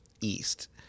east